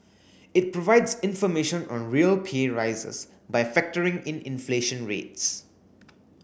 it provides information on real pay rises by factoring in inflation rates